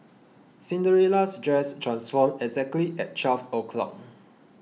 Cinderella's dress transformed exactly at twelve o'clock